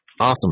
Awesome